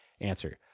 answer